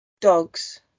dogs